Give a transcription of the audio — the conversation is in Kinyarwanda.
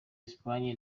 espagne